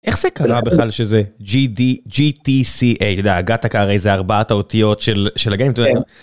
איך זה קרה בכלל שזה gd gtca איזה ארבעת האותיות של שלגים.